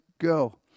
go